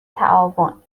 تعاون